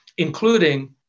including